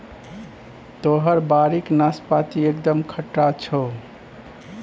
तोहर बाड़ीक नाशपाती एकदम खट्टा छौ